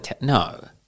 No